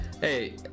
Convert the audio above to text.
Hey